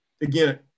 again